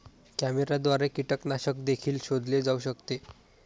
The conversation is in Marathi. कॅमेऱ्याद्वारे कीटकनाशक देखील शोधले जाऊ शकते